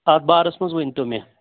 اَتھ بارَس منٛز ؤنۍتَو مےٚ